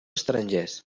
estrangers